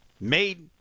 made